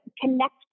connect